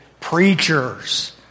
preachers